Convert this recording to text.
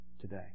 today